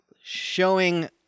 showing